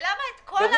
ולמה את כל המידע?